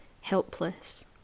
helpless